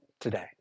today